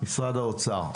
משרד האוצר,